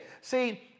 See